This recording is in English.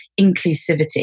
inclusivity